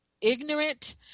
ignorant